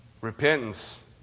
Repentance